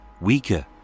weaker